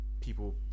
people